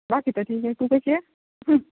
बाकी तर ठीक आहे तू कशी आहे